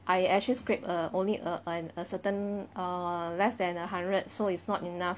I actually scrape err only a and a certain err less than a hundred so it's not enough